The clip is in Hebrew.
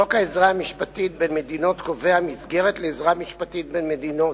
חוק העזרה המשפטית בין מדינות קובע מסגרת לעזרה משפטית בין מדינות.